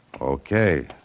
Okay